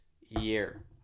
year